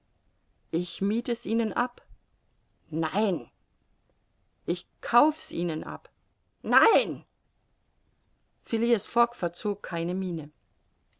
ich mieth es ihnen ab nein ich kauf's ihnen ab nein phileas fogg verzog keine miene